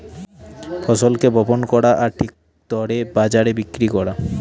ফসলকে বপন করা আর ঠিক দরে বাজারে বিক্রি করা